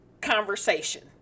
conversation